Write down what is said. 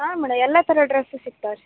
ಹಾಂ ಮೇಡಮ್ ಎಲ್ಲ ಥರ ಡ್ರಸ್ ಸಿಕ್ತಾವೆ ರೀ